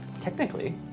Technically